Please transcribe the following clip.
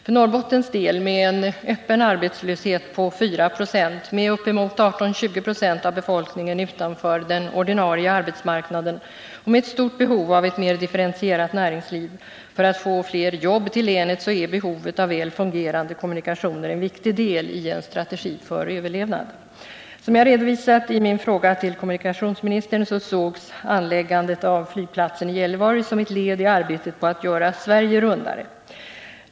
För Norrbottens del, med en öppen arbetslöshet på 4 26, med uppemot 18-20 90 av befolkningen utanför den ordinarie arbetsmarknaden och med stort behov av ett mer differentierat näringsliv för att få fler jobb till länet, är väl fungerande kommunikationer en viktig del i en strategi för överlevnad. Som jag redovisar i min fråga till kommunikationsministern sågs anläggandet av flygplatsen i Gällivare som ett led i arbetet på att göra Sverige rundare.